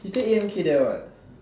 he stay A_M_K there what